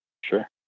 Sure